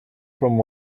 from